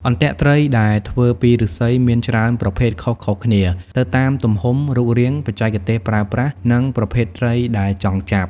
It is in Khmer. អន្ទាក់ត្រីដែលធ្វើពីឫស្សីមានច្រើនប្រភេទខុសៗគ្នាទៅតាមទំហំ រូបរាង បច្ចេកទេសប្រើប្រាស់ និងប្រភេទត្រីដែលចង់ចាប់។